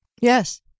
Yes